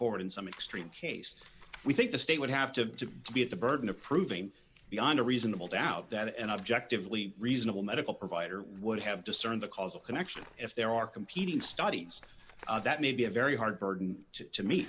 forward in some extreme case we think the state would have to be at the burden of proving beyond a reasonable doubt that an objectively reasonable medical provider would have discerned the causal connection if there are competing studies that may be a very hard burden to me